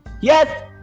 Yes